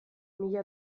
mila